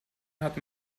hat